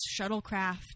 shuttlecraft